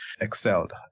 excelled